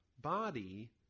body